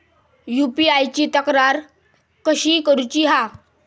UPI ची तक्रार कशी करुची हा?